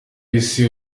isi